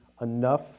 enough